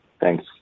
Thanks